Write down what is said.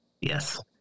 yes